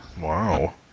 Wow